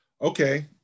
Okay